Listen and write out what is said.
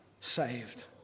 saved